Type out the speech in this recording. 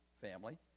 family